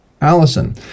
Allison